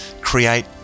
create